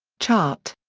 chart.